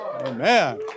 Amen